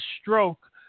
stroke